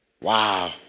Wow